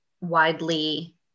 widely